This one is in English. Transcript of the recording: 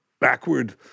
backward